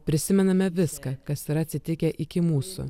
prisimename viską kas yra atsitikę iki mūsų